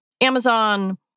Amazon